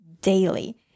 daily